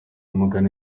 mugani